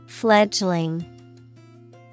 fledgling